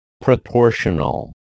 Proportional